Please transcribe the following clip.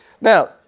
Now